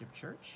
Church